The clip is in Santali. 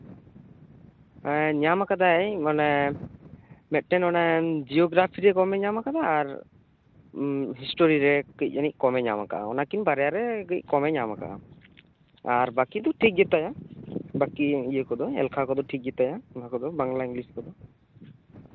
ᱧᱟᱢ ᱠᱟᱫᱟᱭ ᱢᱟᱱᱮ ᱢᱤᱫᱴᱟᱱ ᱚᱱᱮ ᱡᱤᱭᱳ ᱜᱨᱟᱯᱷᱤᱨᱮ ᱠᱚᱢᱮ ᱧᱟᱢ ᱠᱟᱫᱟᱭ ᱦᱤᱥᱴᱳᱨᱤᱨᱮ ᱠᱟᱹᱴᱤᱡ ᱠᱚᱢᱮ ᱧᱟᱢ ᱠᱟᱫᱟ ᱚᱱᱟ ᱠᱤᱱ ᱵᱟᱨᱭᱟᱨᱮ ᱠᱟᱹᱪ ᱠᱚᱢ ᱮ ᱧᱟᱢ ᱠᱟᱫᱟ ᱟᱨ ᱵᱟᱠᱤ ᱫᱚ ᱴᱷᱤᱠ ᱜᱮᱛᱟᱭᱟ ᱵᱟᱠᱤ ᱮᱞᱠᱷᱟ ᱠᱚᱫᱚ ᱴᱷᱤᱠ ᱜᱮᱛᱟᱭᱟ ᱚᱱᱟ ᱠᱚᱫᱚ ᱵᱟᱝᱞᱟ ᱤᱝᱞᱤᱥ ᱠᱚᱫᱚ